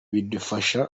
bidufasha